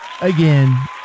again